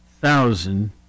thousand